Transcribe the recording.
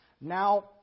Now